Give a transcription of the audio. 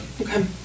okay